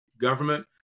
government